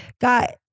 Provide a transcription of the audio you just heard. got